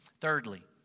Thirdly